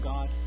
God